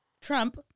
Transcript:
Trump—